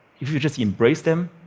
if you just embrace them,